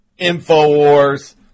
Infowars